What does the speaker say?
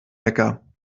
wecker